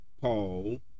Paul